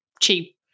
cheap